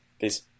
Peace